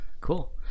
Cool